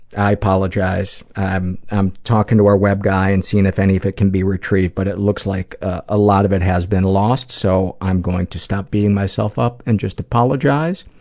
i apologize. i'm i'm talking to our web guy and seeing if any of it can be retrieved, but it looks like a lot of it has been lost so i'm going to stop beating myself up and just apologize.